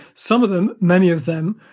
some of them, many of them,